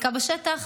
ב-2022?